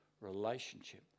relationship